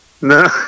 No